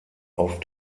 auf